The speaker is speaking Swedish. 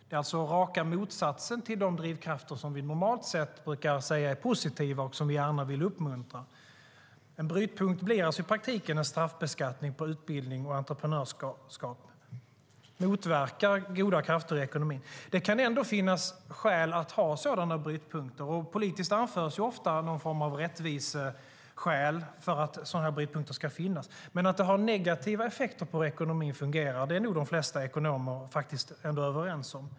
Det är alltså raka motsatsen till de drivkrafter som vi normalt sett säger är positiva och gärna vill uppmuntra. En brytpunkt blir alltså i praktiken en straffbeskattning på utbildning och entreprenörskap och motverkar goda krafter i ekonomin. Det kan ändå finnas skäl att ha sådana brytpunkter, och politiskt anförs ofta någon form av rättviseskäl för att sådana brytpunkter ska finnas. Men att de har negativa effekter på hur ekonomin fungerar är nog de flesta ekonomer överens om.